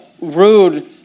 rude